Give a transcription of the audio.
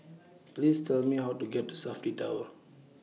Please Tell Me How to get to Safti Tower